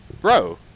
bro